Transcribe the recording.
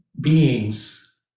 beings